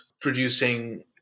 producing